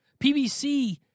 PBC